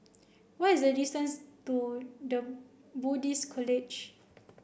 what is the distance to the Buddhist College